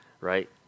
Right